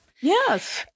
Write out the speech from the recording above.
Yes